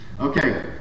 Okay